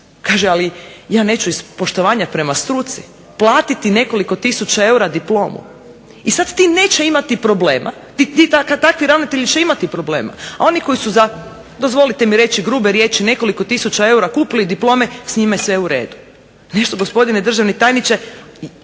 VSS-a, ali ja neću iz poštovanja prema struci platiti nekoliko tisuća eura diplomu. I sad ti neće imati problema, takvi ravnatelji će imati problema, a oni koji su za, dozvolite mi reći grube riječi, nekoliko tisuća eura kupili diplome s njima je sve u redu. Nešto gospodine državni tajniče